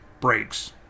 breaks